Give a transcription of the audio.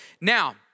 Now